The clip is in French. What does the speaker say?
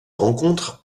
rencontre